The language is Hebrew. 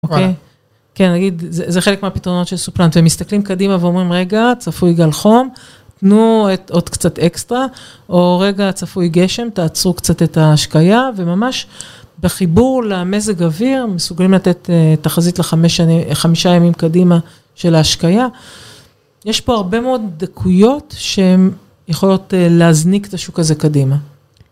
כן, נגיד, זה חלק מהפתרונות של סופלנט והם מסתכלים קדימה ואומרים רגע, צפוי גל חום, תנו עוד קצת אקסטרה, או רגע, צפוי גשם, תעצרו קצת את ההשקיה וממש בחיבור למזג אוויר, מסוגלים לתת תחזית לחמישה ימים קדימה של ההשקיה, יש פה הרבה מאוד דקויות שהן יכולות להזניק את השוק הזה קדימה.